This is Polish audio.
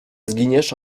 zginiesz